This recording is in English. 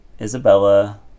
Isabella